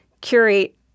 curate